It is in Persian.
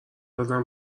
زدم